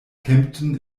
kempten